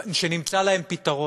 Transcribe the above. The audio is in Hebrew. שנמצא להם פתרון.